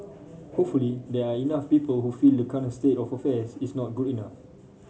hopefully there are enough people who feel the current state of affairs is not good enough